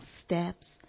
steps